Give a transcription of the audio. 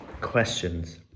questions